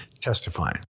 testifying